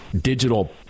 digital